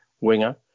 winger